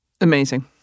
amazing